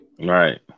right